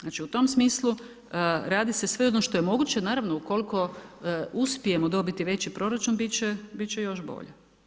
Znači u tom smislu radi se … što je moguće, naravno ukoliko uspijemo dobiti veći proračun biti će još bolje.